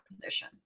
position